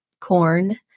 corn